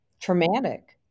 traumatic